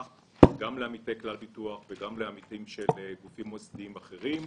לעמיתי כלל ביטוח ולעמיתים של גופים מוסדיים אחרים.